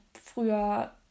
früher